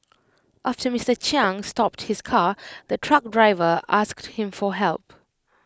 after Mister Chiang stopped his car the truck driver asked him for help